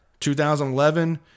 2011